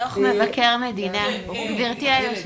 גבירתי היושבת-ראש,